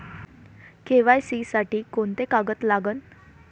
KYC साठी कोंते कागद लागन?